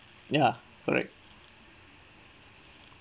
ya correct